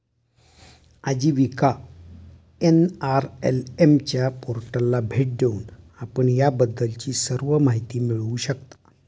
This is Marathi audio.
आजीविका एन.आर.एल.एम च्या पोर्टलला भेट देऊन आपण याबद्दलची सर्व माहिती मिळवू शकता